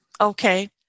Okay